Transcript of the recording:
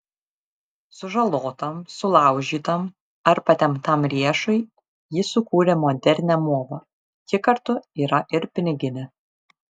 sužalotam sulaužytam ar patemptam riešui ji sukūrė modernią movą ji kartu yra ir piniginė